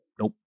nope